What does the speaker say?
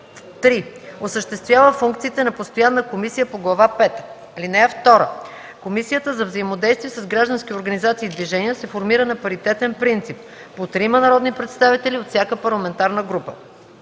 3. осъществява функциите на постоянна комисия по Глава пета. (2) Комисията за взаимодействие с граждански организации и движения се формира на паритетен принцип – по трима народни представители от всяка парламентарна група.